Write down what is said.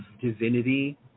divinity